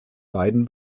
beiden